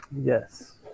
Yes